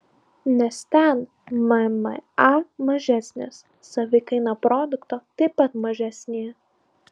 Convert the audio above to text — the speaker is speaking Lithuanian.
nes ten mma mažesnis savikaina produkto taip pat mažesnė